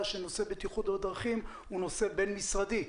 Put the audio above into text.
שנושא בטיחות בדרכים הוא נושא בין משרדי.